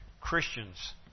Christians